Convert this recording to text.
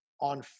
on